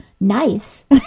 nice